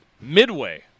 Midway